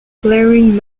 glaring